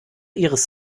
ihres